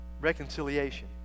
reconciliation